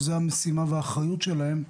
זה המצב בנושא הדרכים.